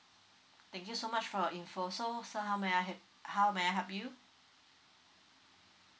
thank you so much for your info so sir how may I have how may I help you